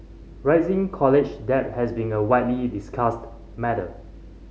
rising college debt has been a widely discussed matter